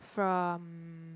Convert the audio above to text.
from